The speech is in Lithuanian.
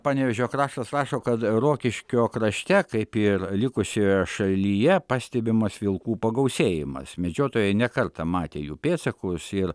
panevėžio kraštas rašo kad rokiškio krašte kaip ir likusioje šalyje pastebimas vilkų pagausėjimas medžiotojai ne kartą matė jų pėdsakus ir